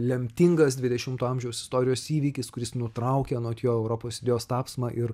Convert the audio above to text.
lemtingas dvidešimto amžiaus istorijos įvykis kuris nutraukė anot jo europos idėjos tapsmą ir